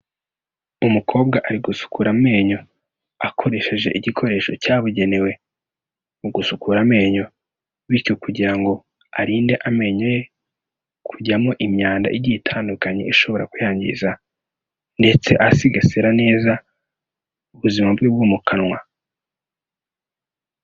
Umukobwa ari gusukura amenyo akoresheje igikoresho cyabugenewe mu gusukura amenyo, bityo kugira ngo arinde amenyo ye kujyamo imyanda igiye itandukanye ishobora kuyangiza ndetse asigasira neza ubuzima bwe bwo mu kanwa.